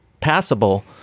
passable